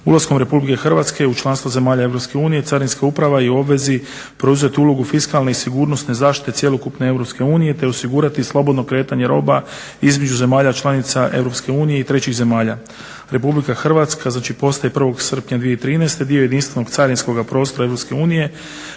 Ulaskom RH u članstvo zemalja EU carinska uprava je u obvezi preuzeti ulogu fiskalne i sigurnosne zaštite cjelokupne EU te osigurati slobodno kretanje roba između zemalja članica EU i trećih zemalja. RH postaje 1.srpnja 2013.dio jedinstvenog carinskog prostora EU